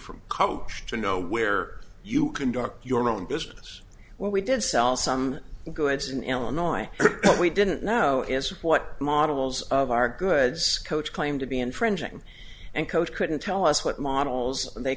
come to know where you conduct your own business what we did sell some goods in illinois we didn't know is what models of our goods coach claim to be infringing and code couldn't tell us what models they